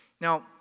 Now